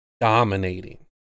dominating